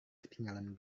ketinggalan